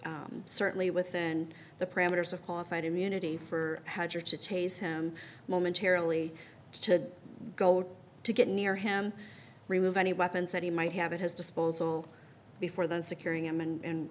was certainly within the parameters of qualified immunity for had her to chase him momentarily to go to get near him remove any weapons that he might have it has disposal before then securing him